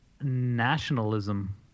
nationalism